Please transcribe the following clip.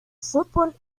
fútbol